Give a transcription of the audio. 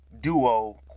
duo